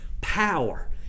power